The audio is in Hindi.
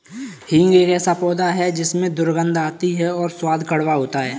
हींग एक ऐसा पौधा है जिसमें दुर्गंध आती है और स्वाद कड़वा होता है